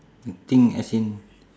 thing as in